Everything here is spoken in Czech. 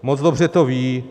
Moc dobře to vědí.